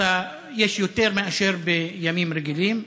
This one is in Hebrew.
יש יותר מאשר בימים רגילים,